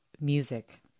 music